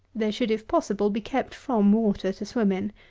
they should, if possible, be kept from water to swim in.